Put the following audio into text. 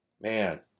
Man